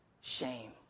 shame